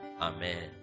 Amen